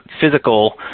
physical